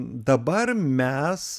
dabar mes